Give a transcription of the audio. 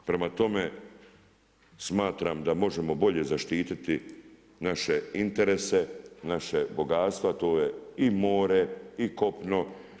Prema tome, smatram da možemo bolje zaštititi naše interese, naše bogatstvo, a to je i more, i kopno.